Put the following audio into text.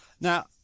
Now